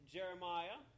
Jeremiah